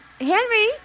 Henry